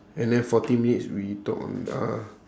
and then forty minutes we talk uh